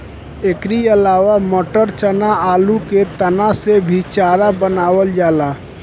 एकरी अलावा मटर, चना, आलू के तना से भी चारा बनावल जाला